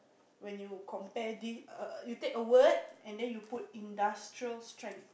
when you compare the err you take a word and you put industrial strength